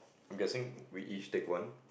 i'm guessing we each take one